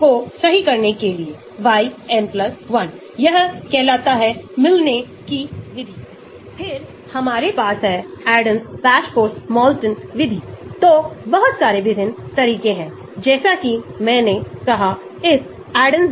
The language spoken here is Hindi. तो H 0 के लिए यह अधिक हाइड्रोफोबिक हाइड्रोफोबिक मोलर रेफ्रेक्टिविटी इस तरह से बदल जाता है और मैंने परिभाषित किया कि मोलर रेफ्रेक्टिविटी पहले क्या है सहसंबंधित मूल्य